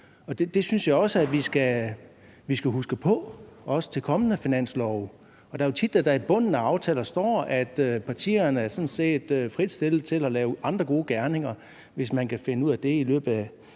Det synes jeg også vi skal huske på, også til kommende finanslove. Det er jo tit, at der i bunden af aftaler står, at partierne sådan set er frit stillet til at lave andre gode gerninger, hvis man kan finde ud af det i forbindelse